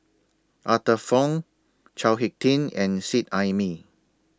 Arthur Fong Chao Hick Tin and Seet Ai Mee